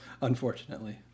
Unfortunately